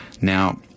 Now